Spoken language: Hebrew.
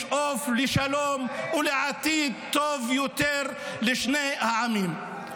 לשאוף לשלום ולעתיד טוב יותר לשני העמים.